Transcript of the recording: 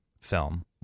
film